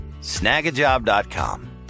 snagajob.com